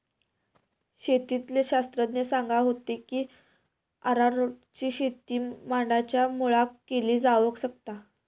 शेतीतले शास्त्रज्ञ सांगा होते की अरारोटची शेती माडांच्या मुळाक केली जावक शकता